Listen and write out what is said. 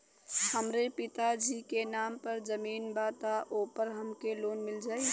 हमरे पिता जी के नाम पर जमीन बा त ओपर हमके लोन मिल जाई?